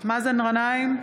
מאזן גנאים,